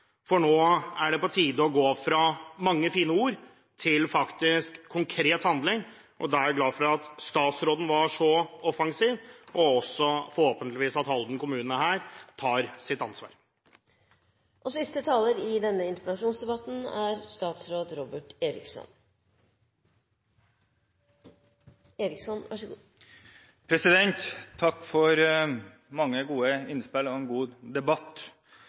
for nå er det på tide å gå fra mange fine ord til faktisk konkret handling. Jeg er glad for at statsråden var så offensiv, og forhåpentligvis tar Halden kommune sitt ansvar her. Takk for mange gode innspill og en god debatt. La meg prøve å kvittere ut noe av det som er